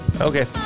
Okay